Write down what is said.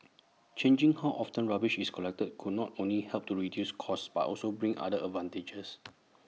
changing how often rubbish is collected could not only help to reduce costs but also bring other advantages